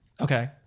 Okay